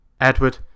Edward